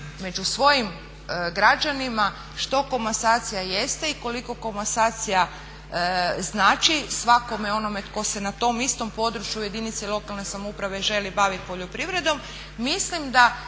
među svojim građanima što komasacija jeste i koliko komasacija znači svakome onome tko se na tom istom području jedinice lokalne samouprave želi baviti poljoprivredom mislim da